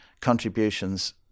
contributions